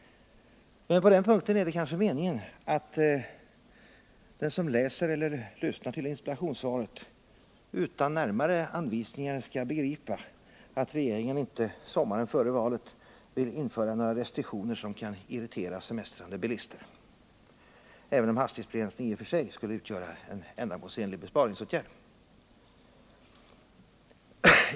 Men på den punkten är det kanske meningen att den som läser eller lyssnar till interpellationssvaret utan närmare anvisningar skall begripa att regeringen inte sommaren före valet vill införa några restriktioner som kan irritera semestrande bilister, även om en hastighetsbegränsning i och för sig skulle utgöra en ändamålsenlig besparingsåtgärd.